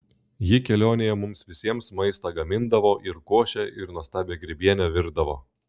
ji kelionėje mums visiems maistą gamindavo ir košę ir nuostabią grybienę virdavo